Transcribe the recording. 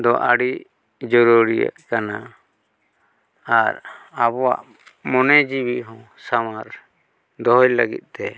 ᱫᱚ ᱟᱹᱰᱤ ᱡᱟᱹᱨᱩᱨᱤᱭᱟᱹᱜ ᱠᱟᱱᱟ ᱟᱨ ᱟᱵᱚᱣᱟᱜ ᱢᱚᱱᱮ ᱡᱤᱣᱤ ᱦᱚᱸ ᱥᱟᱶᱟᱨ ᱫᱚᱦᱚᱭ ᱞᱟᱹᱜᱤᱫ ᱛᱮ